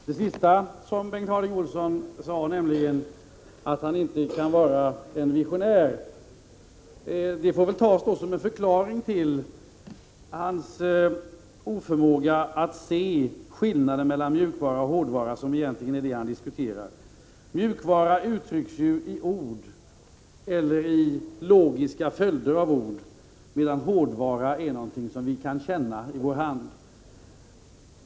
Herr talman! Det sista som Bengt Harding Olson sade, nämligen att han inte kan vara någon visionär, får väl tas som en förklaring till hans oförmåga att se skillnaden mellan mjukvara och hårdvara, vilket egentligen är det han diskuterar. Mjukvara uttrycks i ord eller i logiska följder av ord, medan hårdvara är någonting som vi kan känna i vår hand.